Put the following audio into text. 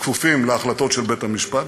כפופים להחלטות של בית-המשפט.